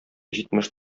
җитмеш